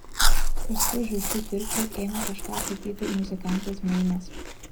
paskui žaislų pirkliui ėmė kažką sakyti ir muzikantas meinas